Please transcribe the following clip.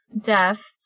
Deaf